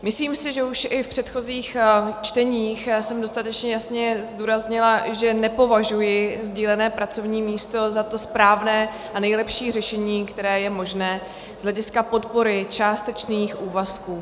Myslím si, že už i v předchozích čteních jsem dostatečně jasně zdůraznila, že nepovažuji sdílené pracovní místo za to správné a nejlepší řešení, které je možné z hlediska podpory částečných úvazků.